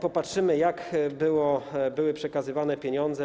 Popatrzmy, jak były przekazywane pieniądze.